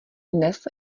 dnes